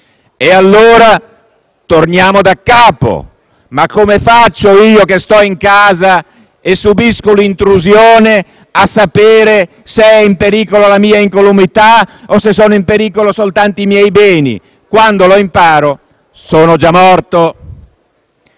E allora torniamo da capo: come fa una persona che sta in casa e subisce l'intrusione a sapere se è in pericolo la sua incolumità o se sono in pericolo soltanto i suoi beni? Quando lo capisce, è già morto.